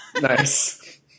Nice